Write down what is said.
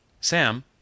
Sam